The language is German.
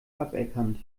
aberkannt